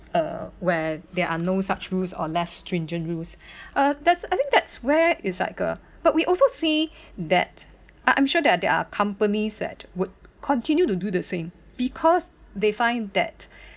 uh where there are no such rules or less stringent rules uh that's I think that's where it's like a but we also see that I'm I'm sure that there are companies that would continue to do the same because they find that